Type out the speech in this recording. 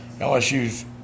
LSU's